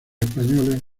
españoles